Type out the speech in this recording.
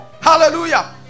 Hallelujah